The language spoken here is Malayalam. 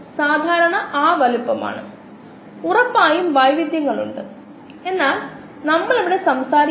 ഗ്ലൈക്കോലിസിസ് തന്നെ ഗ്ലൂക്കോസ് മുതൽ പൈറുവേറ്റ് വരെയാകണം